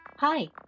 Hi